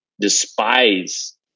despise